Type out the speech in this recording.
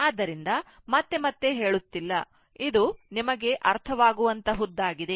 ಆದ್ದರಿಂದ ಮತ್ತೆ ಮತ್ತೆ ಹೇಳುತ್ತಿಲ್ಲ ಇದು ನಿಮಗೆ ಅರ್ಥವಾಗುವಂತಹದ್ದಾಗಿದೆ